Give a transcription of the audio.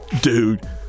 dude